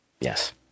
Yes